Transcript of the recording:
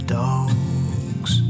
dogs